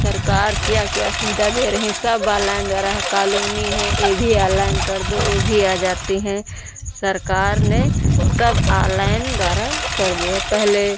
सरकार क्या क्या सुविधा दे रही है सब ऑनलाइन द्वारा है कॉलोनी है यह भी आनलाइन कर दो वह भी आ जाती हैं सरकार ने सब ऑनलाइन द्वारा कर दिया है पहले